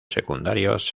secundarios